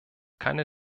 keine